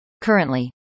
Currently